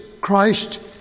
Christ